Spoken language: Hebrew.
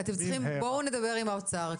בואו נדבר עם משרד האוצר.